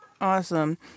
Awesome